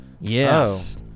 Yes